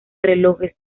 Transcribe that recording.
relojes